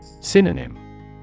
Synonym